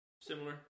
Similar